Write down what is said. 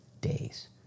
days